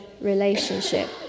relationship